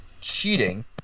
cheating